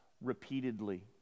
repeatedly